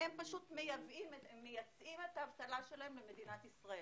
הם פשוט מייצאים את האבטלה שלהם למדינת ישראל.